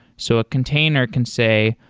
so a container can say,